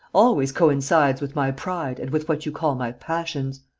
always coincides with my pride and with what you call my passions.